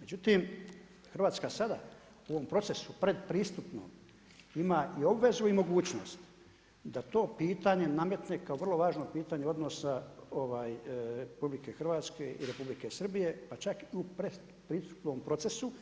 Međutim, Hrvatska sada u ovom procesu, pretpristupnim ima i obvezu i mogućnost da to pitanje nametne kao vrlo važno pitanje odnosa RH i Republike Srbije pa čak i u pretpristupnim procesu,